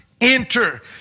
enter